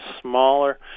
smaller